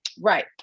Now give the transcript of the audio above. Right